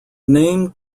name